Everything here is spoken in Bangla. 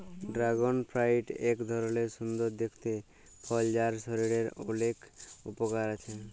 ড্রাগন ফ্রুইট এক ধরলের সুন্দর দেখতে ফল যার শরীরের অলেক উপকার আছে